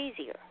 easier